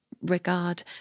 regard